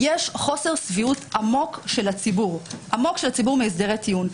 יש חוסר שביעות עמוק של הציבור מהסדרי טיעון,